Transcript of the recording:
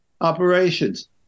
operations